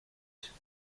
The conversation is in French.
d’août